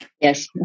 Yes